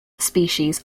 species